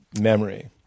memory